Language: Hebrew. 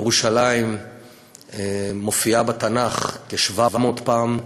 ירושלים מופיעה בתנ"ך כ-700 פעמים.